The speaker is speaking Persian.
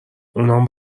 اونام